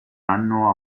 hanno